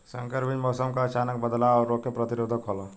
संकर बीज मौसम क अचानक बदलाव और रोग के प्रतिरोधक होला